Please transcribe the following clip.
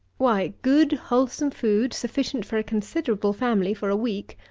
why, good, wholesome food, sufficient for a considerable family for a week,